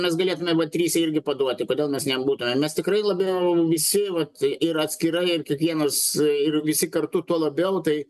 mes galėtume va trise irgi paduoti kodėl mes nebūtumėm mes tikrai labiau visi vat ir atskirai ir kiekvienas ir visi kartu tuo labiau tai